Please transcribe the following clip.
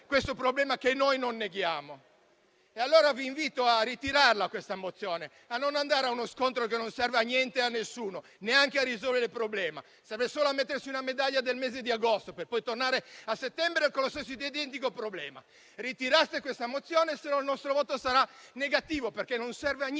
questo problema, che noi non neghiamo. Onorevoli colleghi, vi invito a ritirare la mozione in esame, a non andare a uno scontro che non serve a niente e a nessuno, neanche a risolvere il problema. Serve solo a mettersi una medaglia nel mese di agosto, per poi tornare a settembre con lo stesso identico problema. Ritirate questa mozione, altrimenti il nostro voto sarà negativo, perché la mozione non serve a niente,